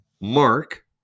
Mark